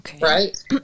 right